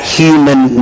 human